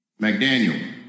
McDaniel